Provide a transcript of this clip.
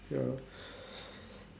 ya